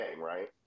right